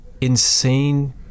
insane